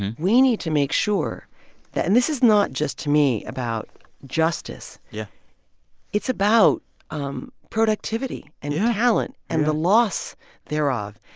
we need to make sure that and this is not just, to me, about justice yeah it's about um productivity and. yeah. talent. yeah. and the loss thereof.